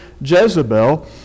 Jezebel